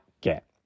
get